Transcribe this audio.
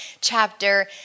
chapter